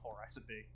recipe